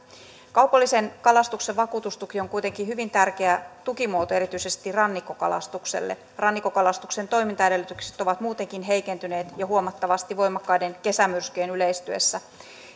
kaupallisen kalastuksen vakuutustuki on kuitenkin hyvin tärkeä tukimuoto erityisesti rannikkokalastukselle rannikkokalastuksen toimintaedellytykset ovat muutenkin heikentyneet jo huomattavasti voimakkaiden kesämyrskyjen yleistyessä